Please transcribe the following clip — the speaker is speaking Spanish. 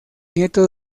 nieto